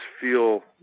feel